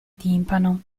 timpano